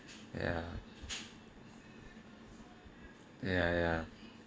ya ya ya